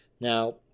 Now